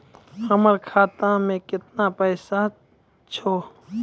हमर खाता मैं केतना पैसा छह?